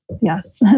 Yes